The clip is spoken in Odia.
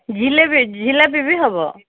ଜିଲାପି ଜିଲାପି ବି ହେବ